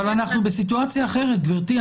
אבל אנחנו בסיטואציה אחרת, גברתי.